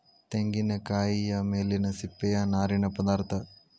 ತೆಂಗಿನಕಾಯಿಯ ಮೇಲಿನ ಸಿಪ್ಪೆಯ ನಾರಿನ ಪದಾರ್ಥ